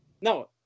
No